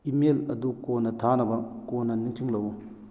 email ꯑꯗꯨ ꯀꯣꯟꯅ ꯊꯥꯅꯕ ꯀꯣꯟꯅ ꯅꯤꯡꯁꯤꯡꯂꯛꯎ